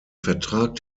vertrag